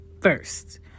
first